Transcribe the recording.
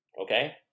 okay